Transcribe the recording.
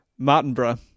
Martinborough